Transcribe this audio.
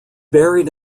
buried